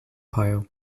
pile